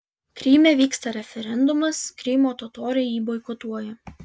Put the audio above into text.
kryme vyksta referendumas krymo totoriai jį boikotuoja